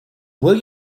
were